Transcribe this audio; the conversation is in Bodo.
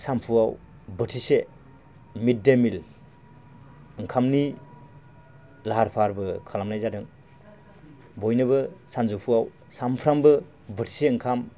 सामफुआव बोथिसे मिड डे मिल ओंखामनि लाहार फाहारबो खालामनाय जादों बयनोबो सानजौफुआव सामफ्रामबो बोथिसे ओंखाम